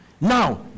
Now